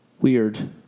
Weird